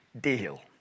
deal